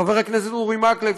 חבר הכנסת אורי מקלב,